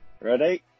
Ready